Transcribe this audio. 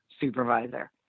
supervisor